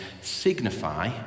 signify